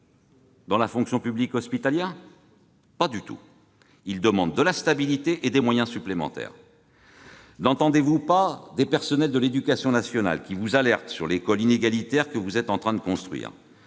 dans la fonction publique hospitalière ? Pas du tout, ils demandent de la stabilité et des moyens supplémentaires ! N'entendez-vous pas ces personnels de l'éducation nationale qui vous alertent sur l'école inégalitaire que vous êtes en train de bâtir ?